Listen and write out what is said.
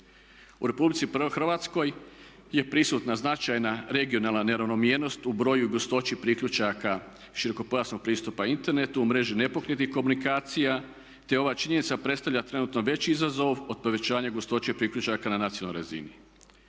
članica EU. U RH je prisutna značajna regionalna neravnomjernost u broju i gustoći priključaka širokopojasnog pristupa internetu u mreži nepokretnih komunikacija te ova činjenica predstavlja trenutno veći izazov od povećanja gustoće priključaka na nacionalnoj razini.